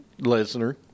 Lesnar